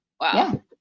Wow